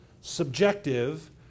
subjective